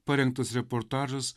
parengtas reportažas